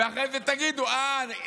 ואחרי זה תגידו: אה,